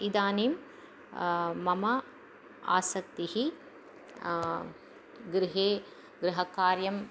इदानीं मम आसक्तिः गृहे गृहकार्यम्